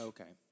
Okay